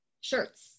shirts